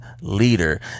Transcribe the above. leader